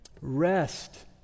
Rest